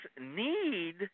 need